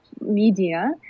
media